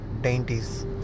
dainties